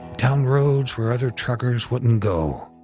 down roads where other truckers wouldn't go.